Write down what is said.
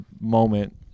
moment